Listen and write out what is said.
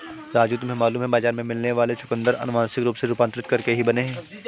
राजू तुम्हें मालूम है बाजार में मिलने वाले चुकंदर अनुवांशिक रूप से रूपांतरित करके ही बने हैं